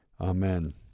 Amen